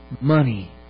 money